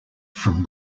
from